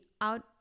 out